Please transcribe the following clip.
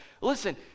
listen